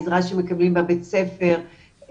עזרה שמקבלים בבית הספר,